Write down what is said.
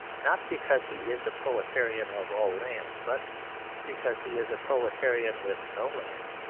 not because he is a proletarian of all lands, but because he is a proletarian with no lands.